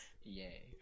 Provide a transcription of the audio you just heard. Yay